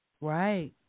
Right